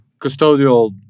Custodial